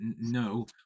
no